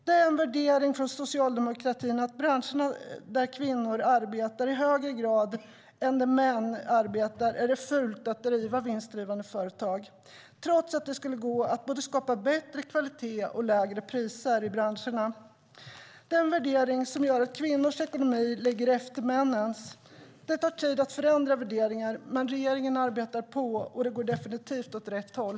Det är en värdering från socialdemokratin att det i branscher där kvinnor arbetar i högre grad än i dem där män arbetar är fult att driva vinstdrivande företag, trots att det skulle gå att skapa både bättre kvalitet och lägre priser i branscherna. Det är den värdering som gör att kvinnors ekonomi ligger efter männens. Det tar tid att förändra värderingar, men regeringen arbetar på, och det går definitivt åt rätt håll.